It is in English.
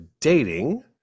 dating